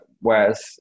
Whereas